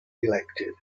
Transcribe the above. elected